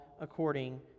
according